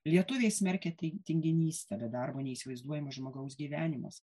lietuviai smerkia ti tinginystę darbo neįsivaizduojamas žmogaus gyvenimas